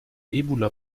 ebola